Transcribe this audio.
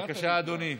בבקשה, אדוני.